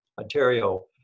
Ontario